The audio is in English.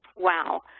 wow,